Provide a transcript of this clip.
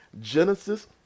Genesis